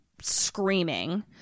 screaming